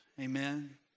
amen